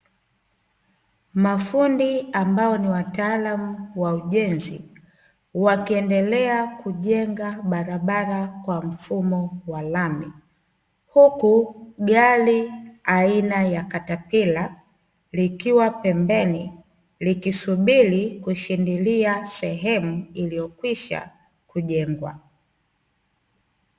Mafundi ambao ni wataalamu wa ujenzi wakiendelea kujenga barabara kwa mfumo wa rami, huku gari aina ya katapila likiwa pembeni likisubiri kushindilia sehemu iliyokwisha kujengwa.